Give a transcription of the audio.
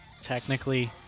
technically